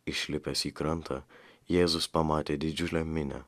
išlipęs į krantą jėzus pamatė didžiulę minią